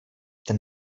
ten